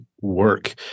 work